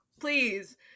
please